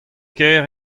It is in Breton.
kaer